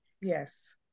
Yes